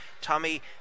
Tommy